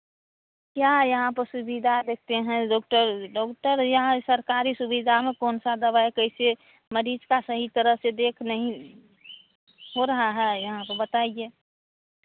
क्या है यहाँ पर सुविधा देखते हैं डॉक्टर डॉक्टर यहाँ सरकारी सुविधा में कौन सा दवाई कैसे मरीज़ का सही तरह से देख नहीं हो रहा है यहाँ पर बताइए